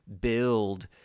build